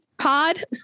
pod